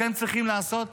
אתם צריכים לעשות?